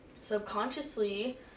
subconsciously